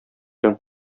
белән